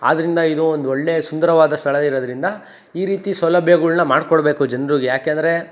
ಆದ್ರಿಂದ ಇದು ಒಂದೊಳ್ಳೆ ಸುಂದರವಾದ ಸ್ಥಳ ಇರೋದರಿಂದ ಈ ರೀತಿ ಸೌಲಭ್ಯಗಳ್ನ ಮಾಡ್ಕೊಡಬೇಕು ಜನರಿಗೆ ಯಾಕೆಂದರೆ